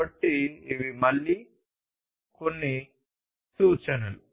కాబట్టి ఇవి మళ్ళీ కొన్ని సూచనలు